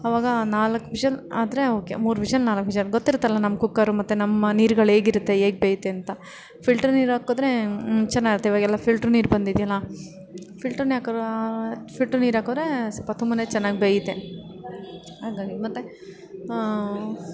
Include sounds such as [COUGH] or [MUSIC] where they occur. ಆವಾಗ ನಾಲ್ಕು ವಿಶಲ್ ಆದರೆ ಓಕೆ ಮೂರು ವಿಶಲ್ ನಾಲ್ಕು ವಿಶಲ್ ಗೊತ್ತಿರುತ್ತಲ್ಲ ನಮ್ಮ ಕುಕ್ಕರು ಮತ್ತೆ ನಮ್ಮ ನೀರ್ಗಳು ಹೇಗಿರುತ್ತೆ ಹೇಗೆ ಬೇಯುತ್ತೆ ಅಂತ ಫಿಲ್ಟರ್ ನೀರು ಹಾಕಿದ್ರೆ ಚೆನ್ನಾಗಿರುತ್ತೆ ಈವಾಗೆಲ್ಲ ಫಿಲ್ಟ್ರ್ ನೀರು ಬಂದಿದ್ಯಲ್ಲ ಫಿಲ್ಟ್ರ್ನೇ ಹಾಕೋ [UNINTELLIGIBLE] ಫಿಲ್ಟ್ರ್ ನೀರು ಹಾಕಿದ್ರೆ ಸ್ವಲ್ಪ ತುಂಬನೇ ಚೆನ್ನಾಗಿ ಬೇಯುತ್ತೆ ಹಾಗಾಗಿ ಮತ್ತು